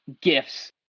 gifts